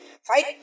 Fight